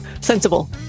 Sensible